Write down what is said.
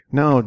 no